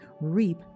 reap